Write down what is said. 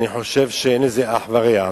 אני חושב שאין לזה אח ורע.